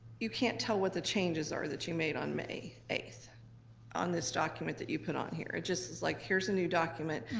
you can't tell what the changes are that you made on may eight on this document that you put on here. it just is like, here's a new document,